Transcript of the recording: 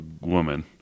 woman